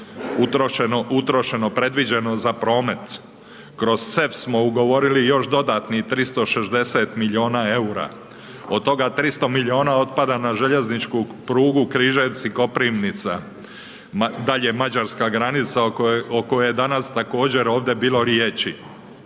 utrošeno, predviđeno za promet. Kroz CEFS smo ugovorili još dodatnih 360 milijuna EUR-a, od toga 300 milijuna otpada na željezničku prugu Križevci-Koprivnica, dalje mađarska granica o kojoj je danas također ovdje bilo riječi.